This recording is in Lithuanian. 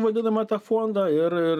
vadinamą tą fondą ir ir